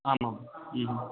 आम् आम्